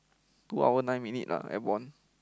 two hour nine minute lah airborne